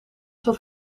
zat